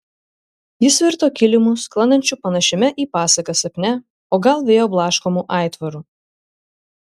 jis virto kilimu sklandančiu panašiame į pasaką sapne o gal vėjo blaškomu aitvaru